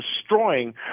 destroying